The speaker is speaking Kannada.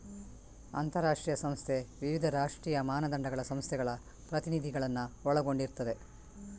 ಅಂತಾರಾಷ್ಟ್ರೀಯ ಸಂಸ್ಥೆ ವಿವಿಧ ರಾಷ್ಟ್ರೀಯ ಮಾನದಂಡಗಳ ಸಂಸ್ಥೆಗಳ ಪ್ರತಿನಿಧಿಗಳನ್ನ ಒಳಗೊಂಡಿರ್ತದೆ